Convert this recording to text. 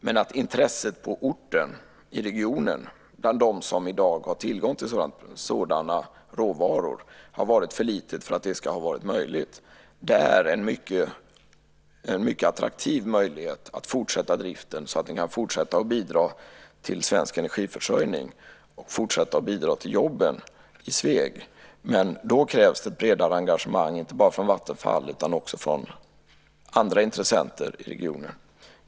Men intresset på orten och i regionen bland dem som i dag har tillgång till sådana råvaror har varit för litet för att det ska vara möjligt. Det är en mycket attraktiv möjlighet att fortsätta driften så att den kan fortsätta att bidra till svensk energiförsörjning och till jobben i Sveg. Men då krävs det ett bredare engagemang inte bara från Vattenfall utan också från andra intressenter i regionen.